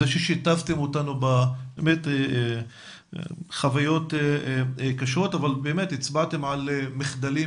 על זה ששיתפתם אותנו באמת בחוויות הקשות ובאמת הצבעתם על מחדלים